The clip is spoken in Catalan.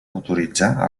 autoritzar